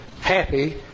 happy